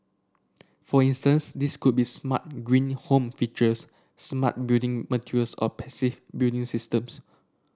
for instance these could be smart green home features smart building materials or passive building systems